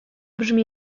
brzmi